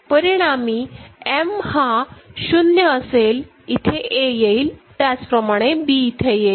परिणामी M हा 0 असेल इथे A येईल त्याप्रमाणेच B इथे येईल